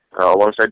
alongside